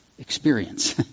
Experience